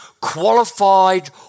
qualified